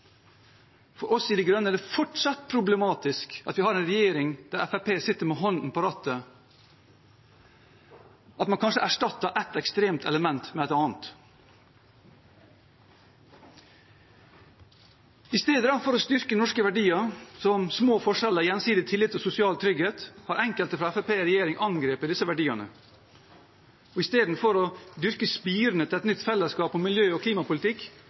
For oss i De grønne er det fortsatt problematisk at vi har en regjering der Fremskrittspartiet sitter med hånden på rattet, og at man kanskje erstatter ett ekstremt element med et annet. I stedet for å styrke norske verdier som små forskjeller, gjensidig tillit og sosial trygghet har enkelte fra Fremskrittspartiet i regjering angrepet disse verdiene. Og i stedet for å dyrke spirene til et nytt fellesskap om miljø- og klimapolitikk